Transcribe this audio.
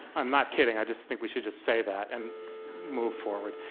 i'm not kidding, i just think we should just say that and move forward.